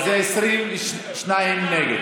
אז זה 22 בעד.